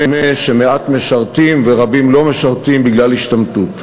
שמעט משרתים ורבים לא משרתים בגלל השתמטות.